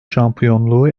şampiyonluğu